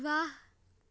ਵਾਹ